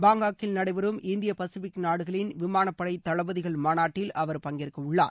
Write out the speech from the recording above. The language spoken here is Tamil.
பாங்காக்கில் நடைபெறும் இந்திய பசிபிக் நாடுகளின் விமானப்படை தளபதிகள் மாநாட்டில் அவர் பங்கேற்கவுள்ளார்